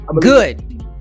good